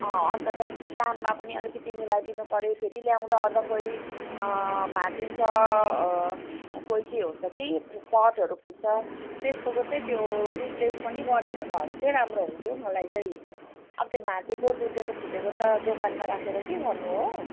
अन्त त्यहाँदेखि दाममा पनि अलिकति मिलाइदिनु पर्यो फेरि ल्याउँदा ओर्दा कोही भाँचिन्छ कोही केही हुन्छ कि पटहरू फुट्छ त्यस्ताको चाहिँ त्यो रिप्लेस पनि गरिदिनु भयो भने चाहिँ राम्रो हुन्थ्यो मलाई चाहिँ अब त्यो भाँचिएको टुटेको फुटेको त दोकानमा राखेर के गर्नु हो